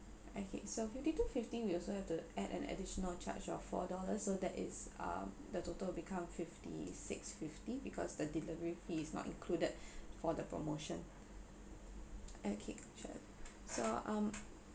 okay so fifty-two fifteen we also have to add an additional charge of four dollar so that is um the total become fifty-six fifty because the delivery fees not included for the promotion okay sure so um